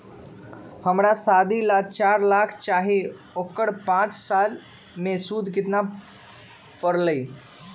हमरा शादी ला चार लाख चाहि उकर पाँच साल मे सूद कितना परेला?